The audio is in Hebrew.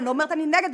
אני לא אומרת אני נגד,